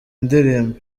indirimbo